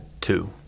two